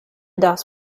das